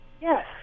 Yes